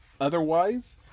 otherwise